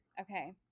okay